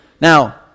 Now